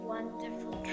Wonderful